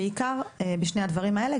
בעיקר בשני הדברים האלה,